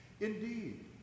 Indeed